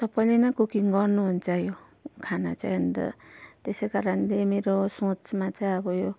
सबैले नै कुकिङ गर्नुहुन्छ यो खाना चाहिँ अन्त त्यसै कारणले मेरो सोचमा चाहिँ अब यो